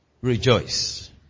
Rejoice